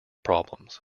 problems